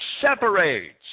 separates